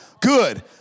Good